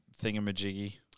thingamajiggy